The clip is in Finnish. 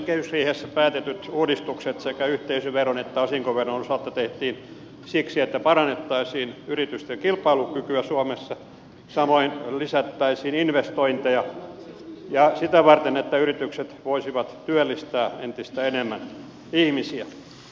kehysriihessä päätetyt uudistukset sekä yhteisöveron että osinkoveron osalta tehtiin siksi että parannettaisiin yritysten kilpailukykyä suomessa samoin lisättäisiin investointeja ja sitä varten että yritykset voisivat työllistää entistä enemmän ihmisiä